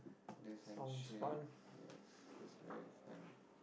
this and shit ya this very fun